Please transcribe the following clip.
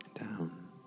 Down